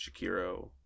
Shakiro